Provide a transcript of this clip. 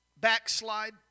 backslide